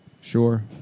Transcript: Sure